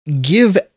give